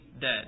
dead